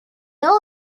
all